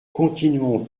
continuons